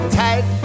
tight